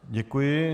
Děkuji.